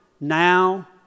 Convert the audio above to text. now